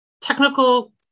technical